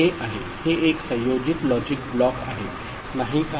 हे आहे हे एक संयोजीत लॉजिक ब्लॉक आहे - नाही का